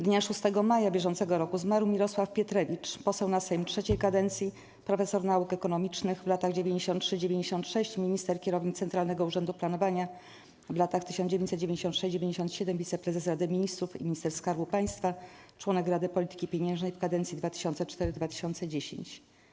Dnia 6 maja br. zmarł Mirosław Pietrewicz - poseł na Sejm III kadencji, profesor nauk ekonomicznych, w latach 1993-1996 minister - kierownik Centralnego Urzędu Planowania, w latach 1996-1997 wiceprezes Rady Ministrów i minister skarbu państwa, członek Rady Polityki Pieniężnej w kadencji 2004-2010.